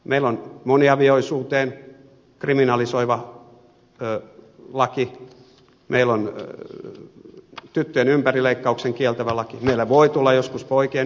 meillä on moniavioisuuden kriminalisoiva laki meillä on tyttöjen ympärileikkauksen kieltävä laki meille voi tulla joskus poikien ympärileikkauksen kieltävä laki